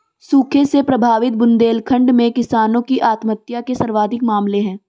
सूखे से प्रभावित बुंदेलखंड में किसानों की आत्महत्या के सर्वाधिक मामले है